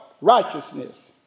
righteousness